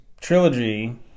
trilogy